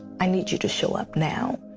i need you to show up now.